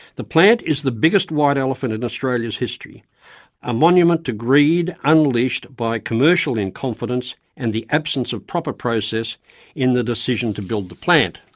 the plant is the biggest white elephant in australia's history a monument to greed unleashed by commercial in confidence and the absence of proper process in the decision to build the plant.